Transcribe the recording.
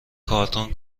کارتون